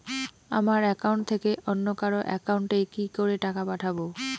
আমার একাউন্ট থেকে অন্য কারো একাউন্ট এ কি করে টাকা পাঠাবো?